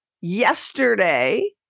yesterday